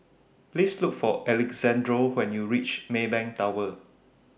Please Look For Alexandro when YOU REACH Maybank Tower